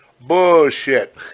Bullshit